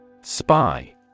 Spy